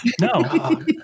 no